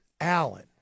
Allen